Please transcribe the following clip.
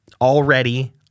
already